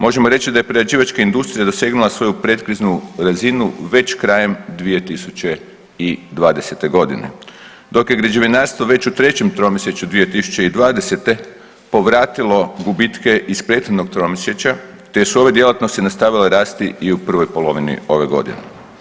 Možemo reći da je prerađivačka industrija dosegnula svoju pretkriznu razinu već krajem 2020.g., dok je građevinarstvo već u trećem tromjesečju 2020. povratilo gubitke iz prethodnog tromjesečja, te su ove djelatnosti nastavile rasti i u prvoj polovini ove godine.